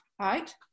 right